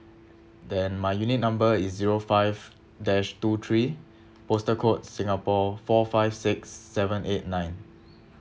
then my unit number is zero five dash two three postal code singapore four five six seven eight nine